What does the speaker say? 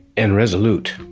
and resolute,